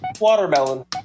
Watermelon